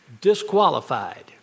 disqualified